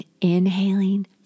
inhaling